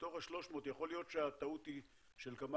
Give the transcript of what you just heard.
מתוך ה-300 יכול להיות שהטעות היא של כמה